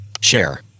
Share